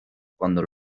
cuando